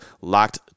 LOCKED